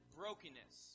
brokenness